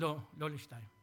לא, לא לשניים.